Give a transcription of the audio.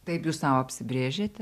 taip jūs sau apsibrėžiate